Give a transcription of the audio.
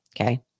Okay